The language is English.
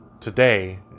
today